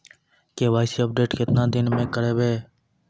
KYC update केतना दिन मे करेबे यो?